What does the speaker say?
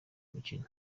umukino